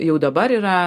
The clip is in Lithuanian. jau dabar yra